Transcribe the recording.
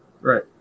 right